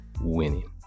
Winning